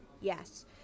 Yes